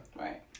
Right